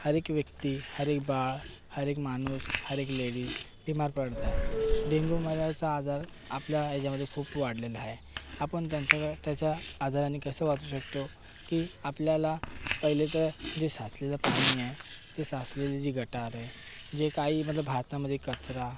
हरएक व्यक्ती हरएक बाळ हरएक माणूस हरएक लेडीज बीमार पडत आहे डेंगू मलेरियाचा आजार आपल्या याच्यामध्ये खूप वाढलेला आहे आपण त्यांच्या क त्याच्या आजारानी कसं वाचू शकतो की आपल्याला पहिले तर जे साचलेलं पाणी आहे ते साचलेलं जे गटार आहे जे काही मतलब भारतामध्ये कचरा